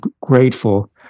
grateful